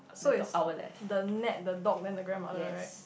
so is the nap the dog then the grandmother right